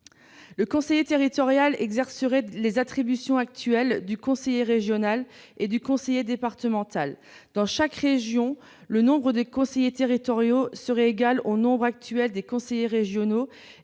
Le conseiller territorial exercerait les attributions actuelles du conseiller régional et du conseiller départemental. Dans chaque région, le nombre des conseillers territoriaux serait égal au nombre actuel des conseillers régionaux,